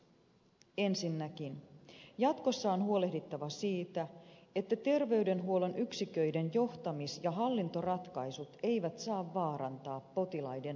ensinnäkin jatkossa on huolehdittava siitä että terveydenhuollon yksiköiden johtamis ja hallintoratkaisut eivät saa vaarantaa potilaiden hoitoa